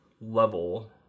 level